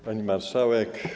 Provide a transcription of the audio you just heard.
Pani Marszałek!